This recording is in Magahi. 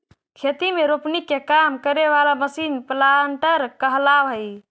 खेती में रोपनी के काम करे वाला मशीन प्लांटर कहलावऽ हई